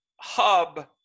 hub